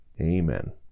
Amen